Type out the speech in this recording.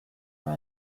are